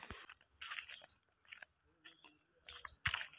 फूल मंदिरों में ईश्वर को भी चढ़ाया जाता है